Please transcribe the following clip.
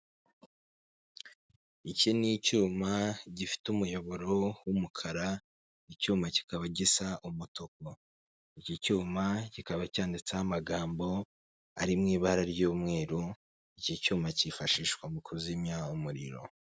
Iki ni icyuma gifite umuyoboro w'umukara, icyuma kikaba gisa umutuku. Iki cyuma kikaba cyanditseho amagambo ari mu ibara ry'umweru, iki cyuma cyifashishwa mu kuzimya umuriro.